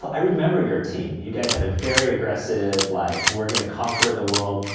i remember your team. you guys had a very aggressive, like, we're gonna conquer the world.